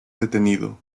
detenido